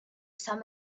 some